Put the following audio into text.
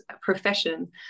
profession